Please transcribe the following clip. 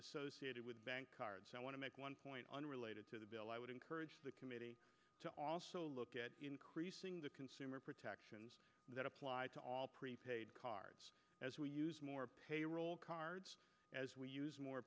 associated with bank cards i want to make one point unrelated to the bill i would encourage the committee to also look at increasing the consumer protections that apply to all prepaid cards as we use more payroll cards as we use more